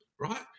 right